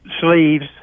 sleeves